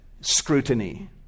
scrutiny